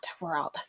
world